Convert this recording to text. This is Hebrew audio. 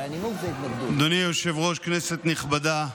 אדוני היושב-ראש, כנסת נכבדה,